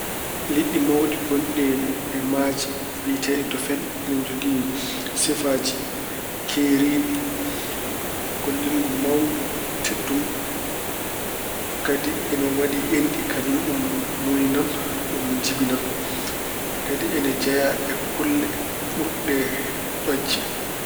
Liɗɗi mawɗi ngonɗi e maaje biyeteeɗi dofen ine njogii sifaaji keeriiɗi. Ko liingu mawngu, teddungu. Kadi ine waɗi enɗi, kañum ɗum nuuynan, ɗum jibinan. Kadi ina jeya e kulle burɗe ƴoƴde.